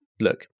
Look